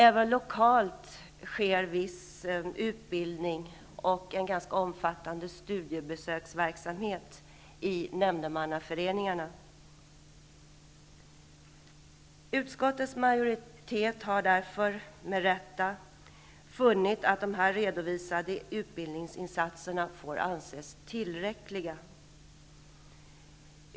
Även lokalt sker viss utbildning och en ganska omfattande studiebesöksverksamhet i nämndemannaföreningarna. Utskottets majoritet har därför -- med rätta -- funnit att de här redovisade utbildningsinsatserna får anses tillräckliga.